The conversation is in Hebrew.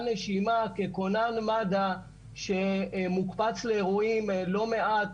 נשימה ככונן מד"א שמוקפץ לאירועים לא מעט,